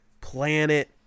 planet